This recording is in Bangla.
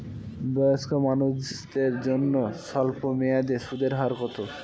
বয়স্ক মানুষদের জন্য স্বল্প মেয়াদে সুদের হার কত?